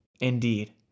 indeed